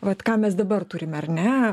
vat ką mes dabar turime ar ne